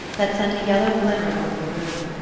that sent a yellow glimmer over the room.